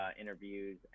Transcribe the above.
interviews